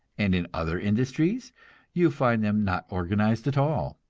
and in other industries you find them not organized at all.